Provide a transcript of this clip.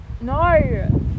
No